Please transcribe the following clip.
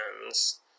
hands